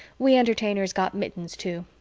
we entertainers got mittens too.